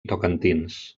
tocantins